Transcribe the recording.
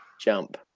jump